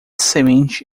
semente